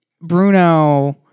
Bruno